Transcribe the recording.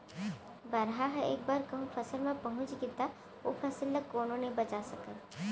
बरहा ह एक बार कहूँ फसल म पहुंच गे त ओ फसल ल कोनो नइ बचा सकय